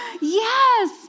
Yes